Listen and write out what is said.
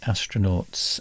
Astronauts